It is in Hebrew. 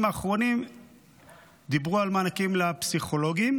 האחרונים דיברו על מענקים לפסיכולוגים,